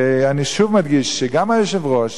אני שוב מדגיש שגם היושב-ראש,